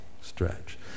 stretch